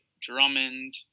Drummond